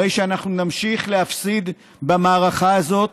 אנחנו נמשיך להפסיד במערכה הזאת,